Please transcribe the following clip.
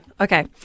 Okay